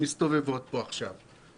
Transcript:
שמסתובבות פה עכשיו,